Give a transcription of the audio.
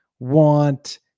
want